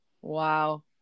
wow